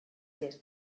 gest